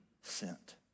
sent